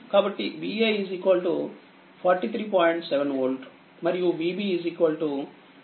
కాబట్టి Va43